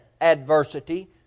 adversity